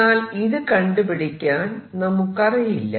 എന്നാൽ ഇത് കണ്ടുപിടിക്കാൻ നമുക്കറിയില്ല